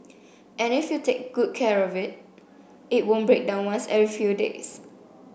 and if you take good care of it it won't break down once every few days